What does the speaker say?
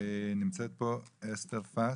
נמצאת פה הסתר פאס,